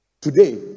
Today